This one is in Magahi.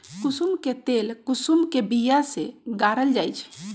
कुशुम के तेल कुशुम के बिया से गारल जाइ छइ